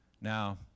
Now